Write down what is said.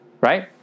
Right